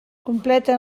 completen